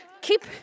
Keep